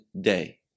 day